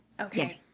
Okay